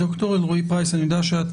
ד"ר אלרעי-פרייס, אני יודע שאת